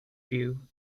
view